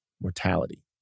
mortality